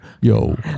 Yo